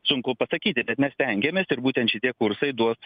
sunku pasakyti bet mes stengiamės ir būtent šitie kursai duos